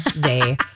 day